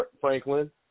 Franklin